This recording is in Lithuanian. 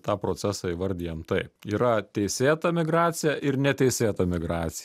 tą procesą įvardijam taip yra teisėta migracija ir neteisėta migrac